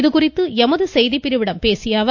இது குறித்து எமது செய்திப்பிரிவிடம் பேசிய அவர்